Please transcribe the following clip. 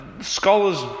scholars